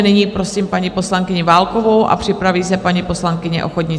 Nyní prosím paní poslankyni Válkovou a připraví se paní poslankyně Ochodnická.